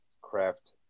craft